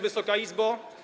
Wysoka Izbo!